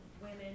women